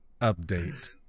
update